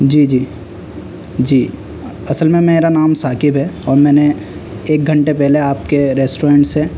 جی جی جی اصل میں میرا نام ثاقب ہے اور میں نے ایک گھنٹے پہلے آپ کے ریسٹورنٹ سے